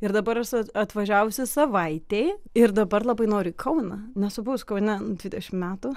ir dabar esu atvažiavusi savaitei ir dabar labai noriu į kauną nesu buvus kaune dvidešim metų